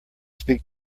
speak